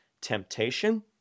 Temptation